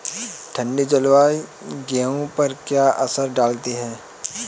ठंडी जलवायु गेहूँ पर क्या असर डालती है?